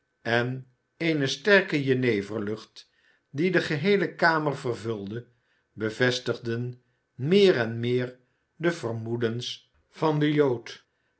en eene sterke jeneverlucht die de geheele kamer vervulde bevestigden meer en meer de vermoedens van den jood